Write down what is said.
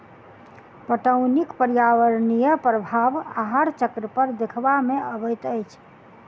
पटौनीक पर्यावरणीय प्रभाव आहार चक्र पर देखबा मे अबैत अछि